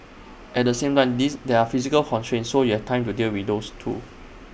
at the same time this there are physical constraints so you have time to deal with those too